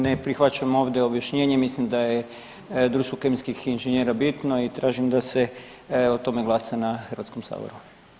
Ne prihvaćam ovdje objašnjenje, mislim da je društvo kemijskih inženjera bitno i tražim da se o tome glasa na Hrvatskom saboru.